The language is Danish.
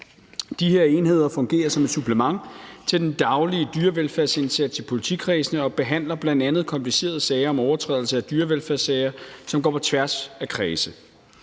De her enheder fungerer som et supplement til den daglige dyrevelfærdsindsats i politikredsene og behandler bl.a. komplicerede sager om overtrædelse af dyrevelfærdsregler, som går på tværs af kredse.